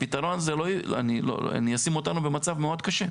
הפתרון הזה ישים אותנו במצב מאוד קשה.